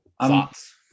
Thoughts